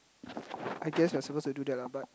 I guess we are supposed to do that lah but